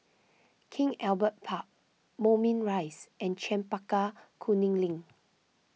King Albert Park Moulmein Rise and Chempaka Kuning Link